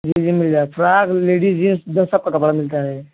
जी जी मिल जाएगा फ्राक लेडीज़ जेंट्स ज सबका कपड़ा मिलता है